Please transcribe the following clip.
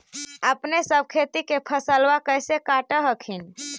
अपने सब खेती के फसलबा कैसे काट हखिन?